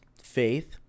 faith